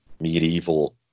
medieval